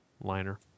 liner